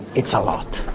it's a lot.